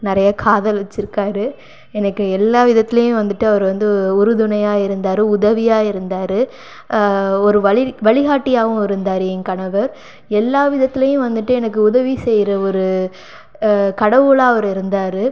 நிறையா காதல் வச்சுருக்காரு எனக்கு எல்லா விதத்துலையும் வந்துட்டு அவர் வந்து உறுதுணையாக இருந்தார் உதவியாக இருந்தார் ஒரு வழி வழிகாட்டியாவும் இருந்தார் என் கணவர் எல்லா விதத்துலையும் வந்துட்டு எனக்கு உதவி செய்கிற ஒரு கடவுளாக அவர் இருந்தார்